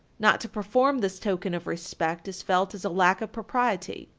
not to perform this token of respect is felt as a lack of propriety.